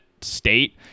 state